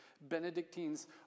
Benedictines